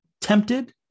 tempted